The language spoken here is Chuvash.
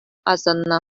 асӑннӑ